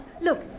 Look